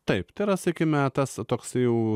taip teras iki metas toks jau